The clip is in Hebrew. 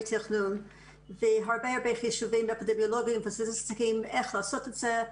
תכנון והרבה הרבה חישובים אפידמיולוגיים איך לעשות את זה,